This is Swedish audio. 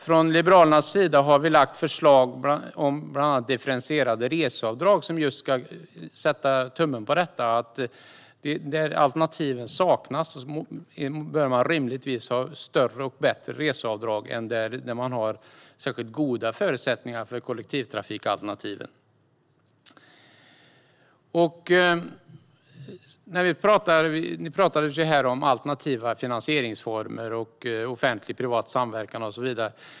Från Liberalernas sida har vi förslag om bland annat differentierade reseavdrag som sätter tummen på att där alternativen saknas bör man rimligtvis ha rätt till större reseavdrag än där det finns särskilt goda förutsättningar för kollektivtrafikalternativet. Vi har pratat här om alternativa finansieringsformer, offentlig och privat samverkan och så vidare.